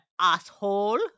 asshole